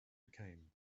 became